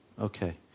Okay